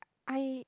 I